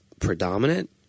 predominant